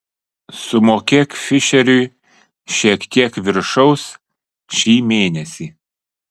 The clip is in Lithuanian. sumokėk fišeriui šiek tiek viršaus šį mėnesį